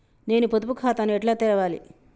నేను పొదుపు ఖాతాను ఎట్లా తెరవాలి?